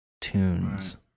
tunes